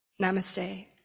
Namaste